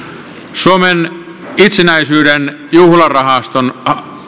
suomen itsenäisyyden juhlarahaston